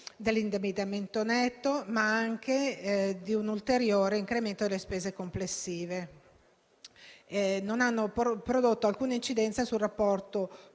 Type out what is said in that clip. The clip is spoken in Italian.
dell'indebitamento netto, ma anche un ulteriore incremento delle spese complessive. Non hanno prodotto alcuna incidenza sul rapporto